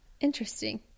Interesting